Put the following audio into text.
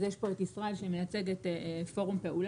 אז יש פה את ישראל שמייצג את פורום פעולה,